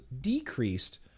decreased